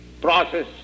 process